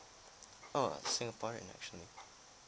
oh singaporean actually